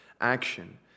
action